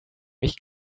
mich